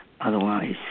Otherwise